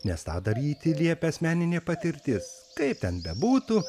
nes tą daryti liepia asmeninė patirtis kaip ten bebūtų